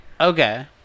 okay